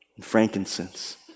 frankincense